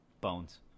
bones